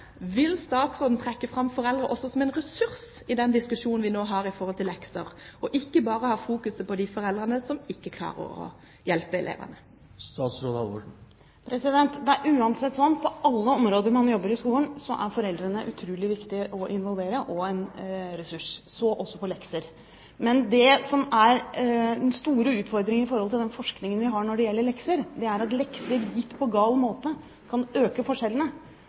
Vil statsråden trekke fram foreldre også som en ressurs i den diskusjonen vi nå har om lekser, og ikke bare fokusere på de foreldrene som ikke klarer å hjelpe elevene? Det er uansett sånn på alle områder i skolen at foreldrene er en ressurs som det er utrolig viktig å involvere, også når det gjelder lekser. Men det som er den store utfordringen når det gjelder den forskningen vi har om lekser, er at lekser gitt på gal måte kan øke forskjellene,